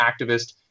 activist